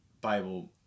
Bible